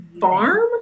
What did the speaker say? farm